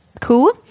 Cool